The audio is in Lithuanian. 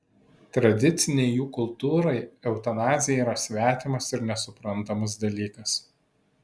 tradicinei jų kultūrai eutanazija yra svetimas ir nesuprantamas dalykas